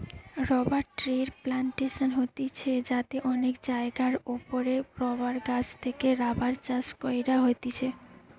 rubber ট্রির plantation হতিছে যাতে অনেক জায়গার ওপরে রাবার গাছ থেকে রাবার চাষ কইরা হতিছে